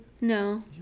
No